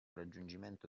raggiungimento